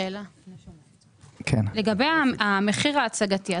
לגבי המחיר ההצגתי,